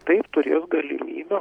taip turės galimybę